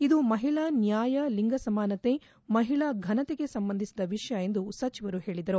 ಇದು ಮಹಿಳಾ ನ್ಯಾಯ ಲಿಂಗ ಸಮಾನತೆ ಮಹಿಳಾ ಫನತೆಗೆ ಸಂಬಂಧಿಸಿದ ವಿಷಯ ಎಂದು ಸಚಿವರು ಹೇಳದರು